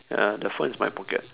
ya the phone is in my pocket